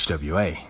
HWA